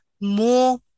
more